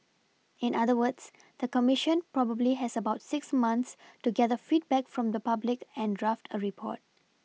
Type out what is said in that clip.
in other words the commission probably has about six months to gather feedback from the public and draft a report